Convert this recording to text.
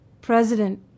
president